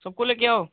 सबको ले कर आओ